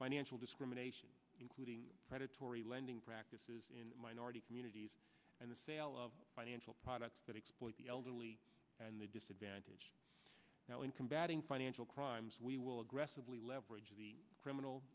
financial discrimination including predatory lending practices in minority communities and the sale of financial products that exploit the elderly and the disadvantaged now in combating financial crimes we will aggressively leverage the criminal